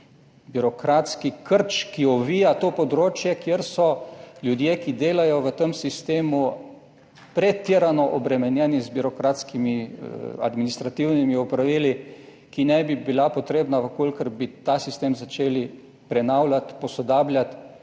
birokratski krč, ki ovija to področje, kjer so ljudje, ki delajo v tem sistemu, pretirano obremenjeni z birokratskimi administrativnimi opravili, ki ne bi bila potrebna, v kolikor bi ta sistem začeli prenavljati, posodabljati